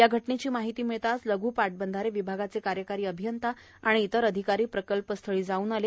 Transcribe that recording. या घटनेची माहिती मिळताच लघ् पाटबंधारे विभागाचे कार्यकारी अभियंता आणि इतर अधिकारी प्रकल्पस्थळी जाऊन आले